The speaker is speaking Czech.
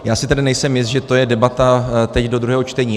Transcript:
Já si tedy nejsem jist, že to je debata teď do druhého čtení.